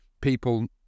people